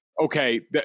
okay